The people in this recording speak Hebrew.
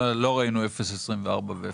לא ראינו 0.24% ו-0.25%.